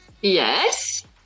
Yes